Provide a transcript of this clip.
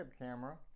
camera